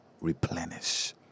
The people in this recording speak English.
replenish